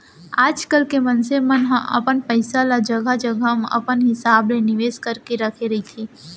आजकल के मनसे मन ह अपन पइसा ल जघा जघा अपन हिसाब ले निवेस करके रखे रहिथे